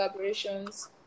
collaborations